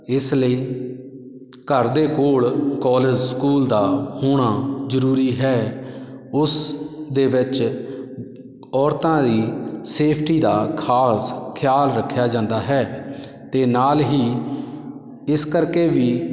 ਇਸ ਲਈ ਘਰ ਦੇ ਕੋਲ ਕੋਲੇਜ਼ ਸਕੂਲ ਦਾ ਹੋਣਾ ਜ਼ਰੂਰੀ ਹੈ ਉਸ ਦੇ ਵਿੱਚ ਔਰਤਾਂ ਦੀ ਸੇਫਟੀ ਦਾ ਖਾਸ ਖਿਆਲ ਰੱਖਿਆ ਜਾਂਦਾ ਹੈ ਅਤੇ ਨਾਲ ਹੀ ਇਸ ਕਰਕੇ ਵੀ